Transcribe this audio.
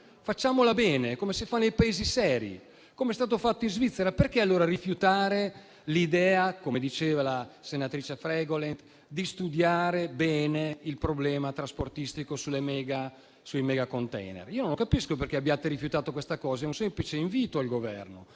facciamola bene, come si fa nei Paesi seri, come è stato fatto in Svizzera. Perché allora rifiutare l'idea - come diceva la senatrice Fregolent - di studiare bene il problema trasportistico dei mega *container*? Non capisco perché abbiate rifiutato questa cosa. È un semplice invito al Governo.